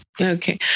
Okay